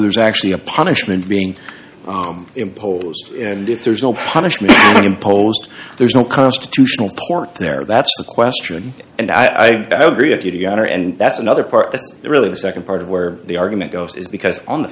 who's actually a punishment being imposed and if there's no punishment imposed there's no constitutional court there that's the question and i agree with you together and that's another part that's really the nd part of where the argument goes is because on the